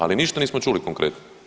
Ali ništa nismo čuli konkretno.